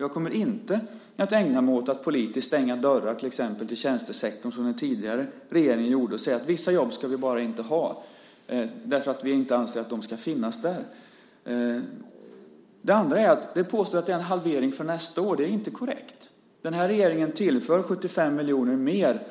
Jag kommer inte att ägna mig åt att politiskt stänga dörrar, till exempel till tjänstesektorn, som den tidigare regeringen gjorde och säga att vi bara inte ska ha vissa jobb därför att vi inte anser att de ska finnas där. Sedan påstås det att det är en halvering för nästa år. Det är inte korrekt. Den här regeringen tillför 75 miljoner mer